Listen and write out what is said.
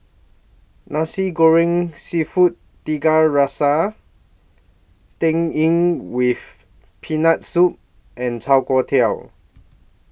Nasi Goreng Seafood Tiga Rasa Tang Yuen with Peanut Soup and Chai Kuay Tow